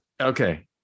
Okay